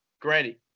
Granny